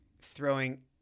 throwing